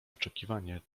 oczekiwanie